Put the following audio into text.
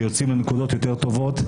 שיוצאים לנקודות יותר טובות.